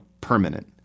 permanent